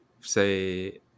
say